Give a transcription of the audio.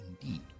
indeed